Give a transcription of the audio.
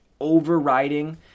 overriding